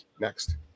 Next